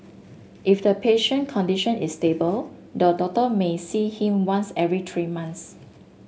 if the patient condition is stable the doctor may see him once every three months